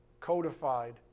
codified